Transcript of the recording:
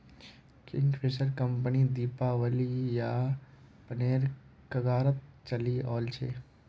Kingfisher company दिवालियापनेर कगारत चली ओल छै